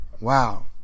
Wow